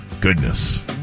Goodness